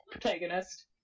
protagonist